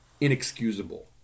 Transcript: inexcusable